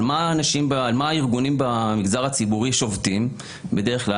על מה הארגונים במגזר הציבורי שובתים בדרך כלל?